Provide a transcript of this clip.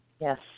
Yes